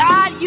God